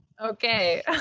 Okay